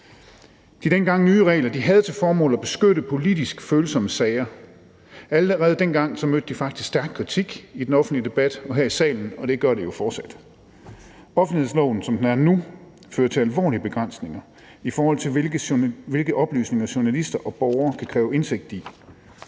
De dengang nye regler havde til formål at beskytte politisk følsomme sager. Allerede dengang mødte det faktisk stærk kritik i den offentlige debat og her i salen, og det gør det jo fortsat. Offentlighedsloven, som den er nu, fører til alvorlige begrænsninger, i forhold til hvilke oplysninger journalister og borgere kan kræve indsigt i.